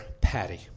Patty